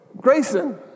Grayson